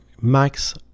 Max